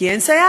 כי אין סייעת,